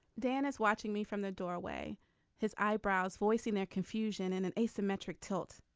dan is watching me from the doorway his eyebrows voicing their confusion and an asymmetric tilt.